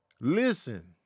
Listen